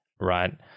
right